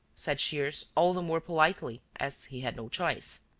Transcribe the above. said shears, all the more politely, as he had no choice.